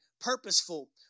purposeful